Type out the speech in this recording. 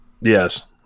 Yes